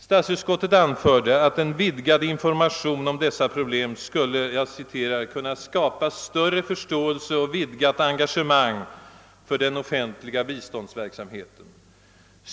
Statsutskottet anförde att en vidgad information om dessa problem skulle kunna »skapa större förståelse och vidgat engagemang för den offentliga biståndsverksamheten«.